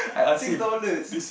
six dollars